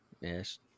Yes